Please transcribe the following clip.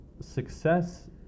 success